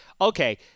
Okay